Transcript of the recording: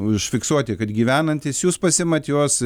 užfiksuoti kad gyvenantys jūs pasiimat juos